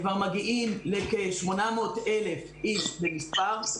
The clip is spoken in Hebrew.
הם כבר מגיעים לכ-800,000 איש במספר.